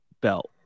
belt